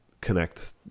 connect